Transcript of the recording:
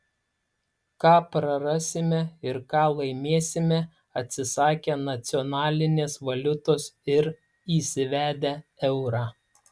ką prarasime ir ką laimėsime atsisakę nacionalinės valiutos ir įsivedę eurą